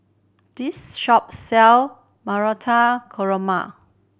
this shop sell Marata Koroma